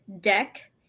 deck